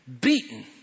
beaten